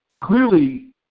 clearly